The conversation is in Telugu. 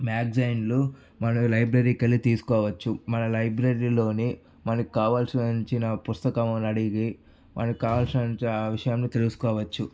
మ్యాగజైన్లు మనం లైబ్రరీకి వెళ్ళి తీసుకోవచ్చు మన లైబ్రరీలోని మనకి కావలసిన పుస్తకాలు అడిగి మనకు కావలసిన ఆ విషయం తెలుసుకోవచ్చు